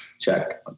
check